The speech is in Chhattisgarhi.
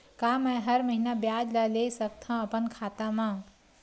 का मैं हर महीना ब्याज ला ले सकथव अपन खाता मा?